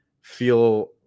feel